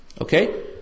Okay